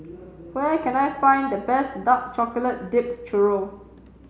where can I find the best Dark Chocolate Dipped Churro